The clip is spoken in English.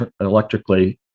electrically